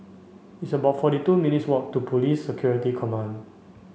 it's about forty two minutes' walk to Police Security Command